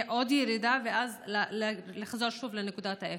עוד ירידה ואז נחזור שוב לנקודת האפס?